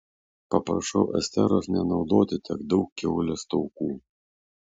paprašau esteros nenaudoti tiek daug kiaulės taukų